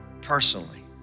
personally